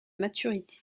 maturité